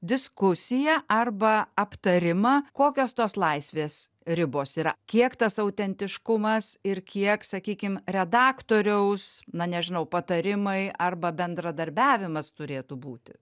diskusiją arba aptarimą kokios tos laisvės ribos yra kiek tas autentiškumas ir kiek sakykim redaktoriaus na nežinau patarimai arba bendradarbiavimas turėtų būti